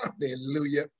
Hallelujah